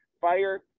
Fire